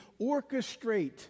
orchestrate